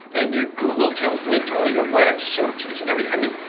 and your google account is linked to all your web searches and everything. i mean,